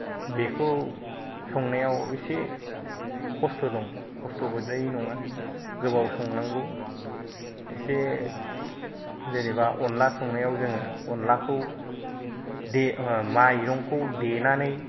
बेखौ संनायाव इसे खस्थ' दं खस्थ' गैद्रायि नङा गोबाव संनांगौ एसे जेनेबा अनद्ला संनायाव जोङो अनद्लाखौ दे माइरंखौ देनानै